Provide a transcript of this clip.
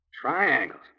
Triangles